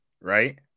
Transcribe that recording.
right